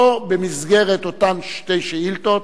לא במסגרת אותן שתי שאילתות,